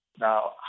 Now